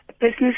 business